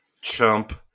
chump